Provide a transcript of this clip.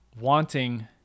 wanting